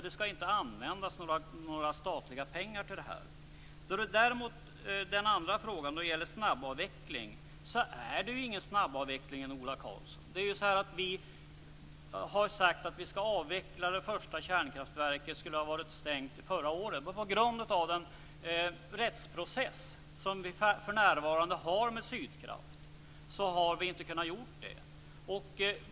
Det skall inte användas några statliga pengar till det. Det är ingen snabbavveckling, Ola Karlsson. Det första kärnkraftverket skulle ha varit stängt förra året, men på grund av den rättsprocess som vi för närvarande har med Sydkraft har vi inte kunnat göra det.